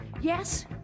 Yes